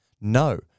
No